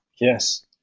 Yes